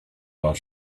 while